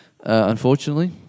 Unfortunately